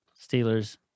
Steelers